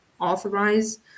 authorize